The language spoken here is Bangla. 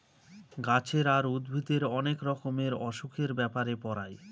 গাছের আর উদ্ভিদের অনেক রকমের অসুখের ব্যাপারে পড়ায়